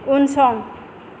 उनसं